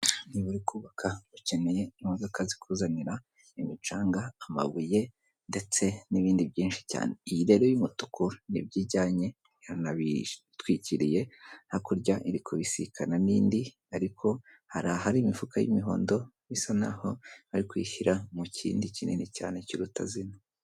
Niba uri kubaka, ukeneye imodoka zikuzanira imicanga, amabuye ndetse n'ibindi byinshi cyane. Iyi rero y'umutuku ni byo ijyanye, yanabitwikiriye. Hakurya iri kubisikana n'indi, ariko hari ahari imifuka y'imihondo, bisa naho bari kuyishyira mu kindi kinini cyane kiruta zino.